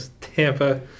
Tampa